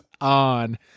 on